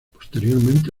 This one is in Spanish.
posteriormente